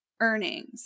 earnings